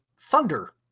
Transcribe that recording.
thunder